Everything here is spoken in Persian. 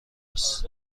است